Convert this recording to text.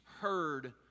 heard